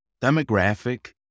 demographic